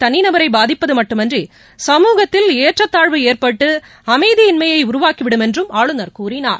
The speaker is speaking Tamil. தனிநபரை பாதிப்பது மட்டுமன்றி சமூகத்தில் ஏற்றத்தாழ்வு ஏற்பட்டு அமைதியின்மையை உருவாக்கிவிடும் என்றும் ஆளுநர் கூறினார்